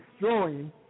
destroying